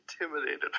intimidated